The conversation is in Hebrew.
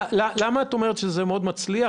למה את אומרת שבאנגליה זה מאוד מצליח?